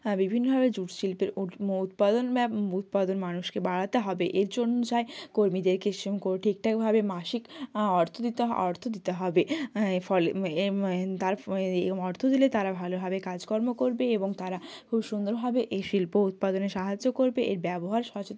হ্যাঁ বিভিন্ন ধরনের জুট শিল্পের উৎপাদন ব্যা উৎপাদন মানুষকে বাড়াতে হবে এর জন্য চাই কর্মীদেরকে স ঠিকঠাকভাবে মাসিক অর্থ দিতে অর্থ দিতে হবে ফলে তার ফ এ অর্থ দিলে তারা ভালোভাবে কাজকর্ম করবে এবং তারা খুব সুন্দরভাবে এই শিল্প উৎপাদনে সাহায্য করবে এর ব্যবহার সচেত